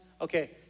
Okay